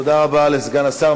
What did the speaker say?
תודה רבה לסגן השר.